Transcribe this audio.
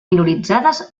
minoritzades